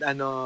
Ano